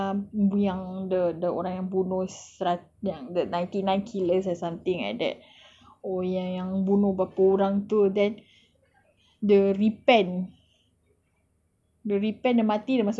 ya just like the story yang sa~ yang the orang yang bunuh serat~ yang the ninety nine killer or something like that or yang yang bunuh berapa orang tu then dia repent